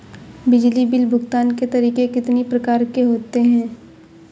बिजली बिल भुगतान के तरीके कितनी प्रकार के होते हैं?